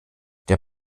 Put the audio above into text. der